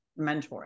mentoring